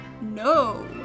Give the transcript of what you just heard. no